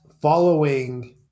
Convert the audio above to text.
following